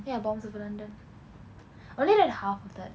ya bombs over london only read half of that